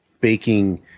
baking